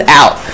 out